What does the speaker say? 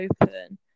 open